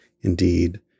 indeed